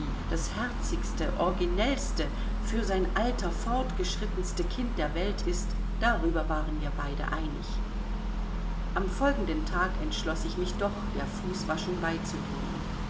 das herzigste originellste für sein alter vorgeschrittenste kind der welt ist darüber waren wir beide einig am folgenden tag entschloß ich mich doch der fußwaschung beizuwohnen